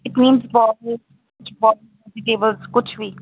it means ਕੁਛ ਵੀ